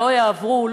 לא יעברו,